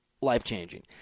life-changing